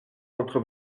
entre